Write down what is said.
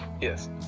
Yes